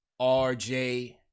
RJ